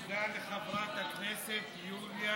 תודה לחברת הכנסת יוליה,